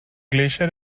glacier